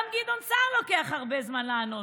גם לגדעון סער לוקח המון זמן לענות.